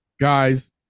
Guys